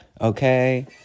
okay